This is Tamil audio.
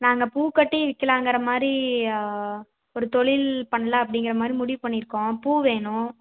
நாங்கள் பூ கட்டி விற்கலாங்குற மாதிரி ஒரு தொழில் பண்ணலாம் அப்படிங்கிற மாதிரி முடிவு பண்ணியிருக்கோம் பூ வேணும்